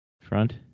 front